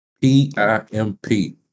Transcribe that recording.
p-i-m-p